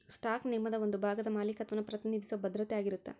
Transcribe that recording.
stock ನಿಗಮದ ಒಂದ ಭಾಗದ ಮಾಲೇಕತ್ವನ ಪ್ರತಿನಿಧಿಸೊ ಭದ್ರತೆ ಆಗಿರತ್ತ